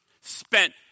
spent